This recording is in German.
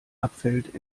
abfällt